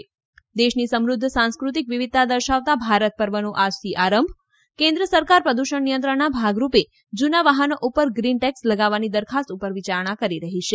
ે દેશની સમૃધ્ધ સાંસ્ક્રતિક વિવિધતા દર્શાવતા ભારત પર્વનો આજથી આરંભ ઃ કેન્દ્ર સરકાર પ્રદૂષણ નિયંત્રણના ભાગરૂપે જૂના વાહનો ઉપર ગ્રીન ટેક્સ લગાવવાની દરખાસ્ત ઉપર વિચારણા કરી રહી છે